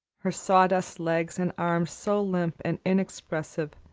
her sawdust legs and arms so limp and inexpressive,